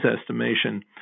estimation